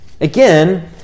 Again